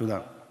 תודה.